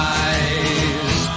eyes